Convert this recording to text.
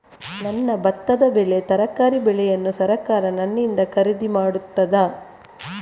ನನ್ನ ಭತ್ತದ ಬೆಳೆ, ತರಕಾರಿ ಬೆಳೆಯನ್ನು ಸರಕಾರ ನನ್ನಿಂದ ಖರೀದಿ ಮಾಡುತ್ತದಾ?